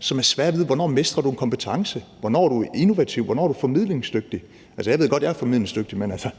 det er svært at vide, hvornår du mestrer en kompetence. Hvornår er du innovativ? Hvornår er du formidlingsdygtig? Altså, jeg ved godt, at jeg er formidlingsdygtig – men jeg tror,